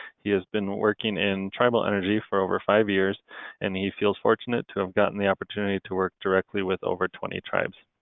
he has been working in tribal energy for over five years and he feels fortunate to have gotten the opportunity to work directly with over twenty tribes.